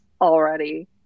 already